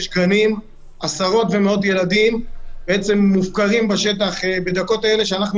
ועשרות ומאות ילדים מופקרים בשטח בדקות אלה שאנחנו